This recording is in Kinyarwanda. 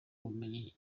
ubumenyi